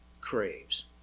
craves